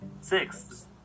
six